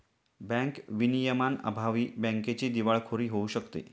bank विनियमांअभावी बँकेची दिवाळखोरी होऊ शकते